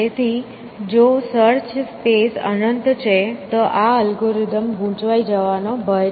તેથી જો search space અનંત છે તો આ અલ્ગોરિધમ ગુંચવાઈ જવાનો ભય છે